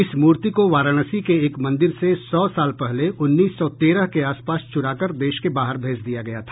इस मूर्ति को वाराणसी के एक मंदिर से सौ साल पहले उन्नीस सौ तेरह के आसपास चुराकर देश के बाहर भेज दिया गया था